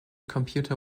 computer